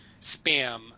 spam